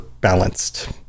balanced